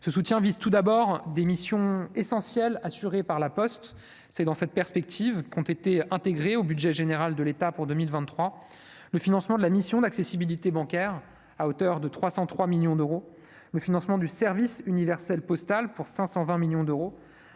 ce soutien vise tout d'abord des missions essentielles, assuré par la Poste, c'est dans cette perspective qu'ont été intégré au budget général de l'État pour 2023, le financement de la mission d'accessibilité bancaire à hauteur de 303 millions d'euros le financement du service universel postal pour 520 millions d'euros,